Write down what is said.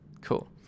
Cool